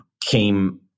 came